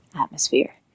atmosphere